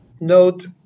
note